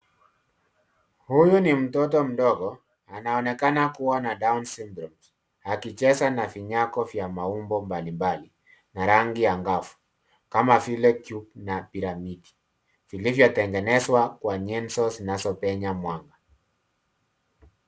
Huyu ni mtoto mdogo. Anaonekana kuwa na down syndromes akicheza na vinyago za maumbo mbalimbali na rangi angavu, kama vile, cube na bila miti, vilivyotengenezwa na nyenzo zinazopenya mwanga.